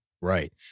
Right